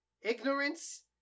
ignorance